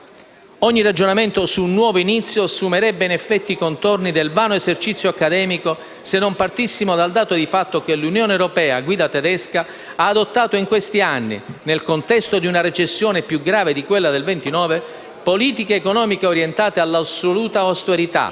Ogni ragionamento su un nuovo inizio assumerebbe in effetti i contorni del vano esercizio accademico, se non partissimo dal dato di fatto che l'Unione europea a guida tedesca ha adottato in questi anni, nel contesto di una recessione più grave di quella del '29, politiche economiche orientate all'assoluta austerità,